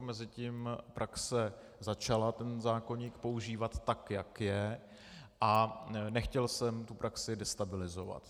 Mezitím praxe začala ten zákoník používat tak, jak je, a nechtěl jsem tu praxi destabilizovat.